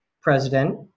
president